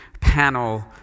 panel